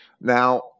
Now